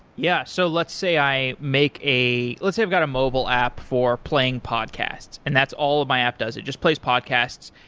yeah. so let's say i make let's say i've got a mobile app for playing podcasts, and that's all my app does, it just play podcasts,